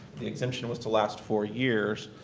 the exemption was to last four years.